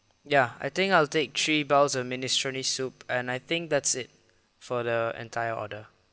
ya I think I'll take three bowls of minestrone soup and I think that's it for the entire order